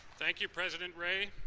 thank you, president ray.